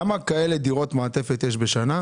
כמה דירות מעטפת כאלה יש בשנה?